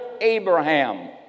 Abraham